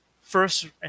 first